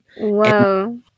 Whoa